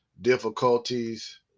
difficulties